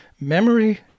Memory